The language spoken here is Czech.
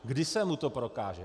Kdy se mu to prokáže?